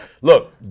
Look